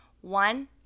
One